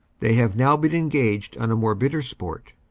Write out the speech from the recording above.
they have now been engaged on more bitter sport,